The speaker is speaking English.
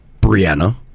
Brianna